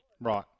Right